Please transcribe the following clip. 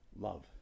love